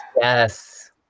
yes